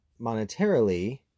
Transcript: monetarily